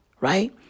Right